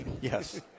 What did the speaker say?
Yes